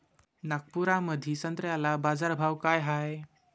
नागपुरामंदी संत्र्याले बाजारभाव काय हाय?